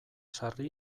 sarri